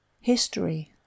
history